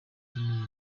akeneye